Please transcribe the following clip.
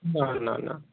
না না না